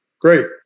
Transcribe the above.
Great